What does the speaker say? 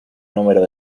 número